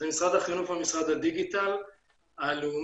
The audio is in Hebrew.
זה משרד החינוך והמשרד לדיגיטל הלאומי,